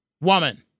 woman